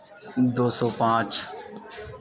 دو سو پانچ